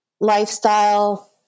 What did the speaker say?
lifestyle